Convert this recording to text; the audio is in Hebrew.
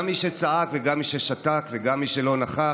גם מי שצעק וגם מי ששתק וגם מי שלא נכח,